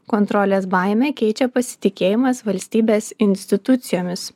kontrolės baimę keičia pasitikėjimas valstybės institucijomis